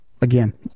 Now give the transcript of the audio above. again